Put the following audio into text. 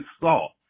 salt